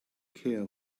care